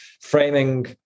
framing